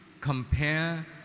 compare